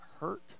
hurt